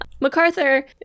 MacArthur